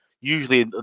usually